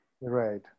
Right